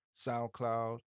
SoundCloud